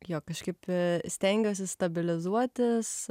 jo kažkaip stengiuosi stabilizuotis